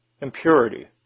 impurity